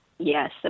Yes